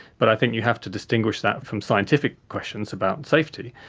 but i think you have to distinguish that from scientific questions about safety.